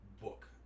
book